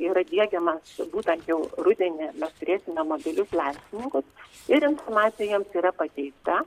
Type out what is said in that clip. yra diegiamas būtent jau rudenį mes turėsime mobilius laiškininkus ir informacija jiems yra pateikta